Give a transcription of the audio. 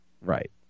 Right